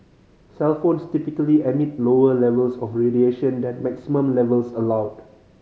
cellphones typically emit lower levels of radiation than maximum levels allowed